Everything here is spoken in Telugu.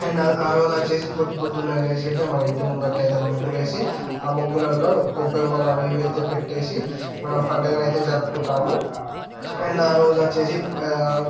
అండ్ ఆరోజు వచ్చేసి పొదు ప్రొద్దునే లేచి అయితే మా ఇంటి ముంగట అయితే ముగ్గులేసి ఆ ముగ్గులలో గొబ్బెమ్మలు అవి అయితే పెట్టేసి మనం పండగనైతే జరుపుకుంటాము అండ్ ఆ రోజు వచ్ఛేసి